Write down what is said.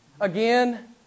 again